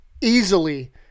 easily